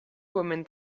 women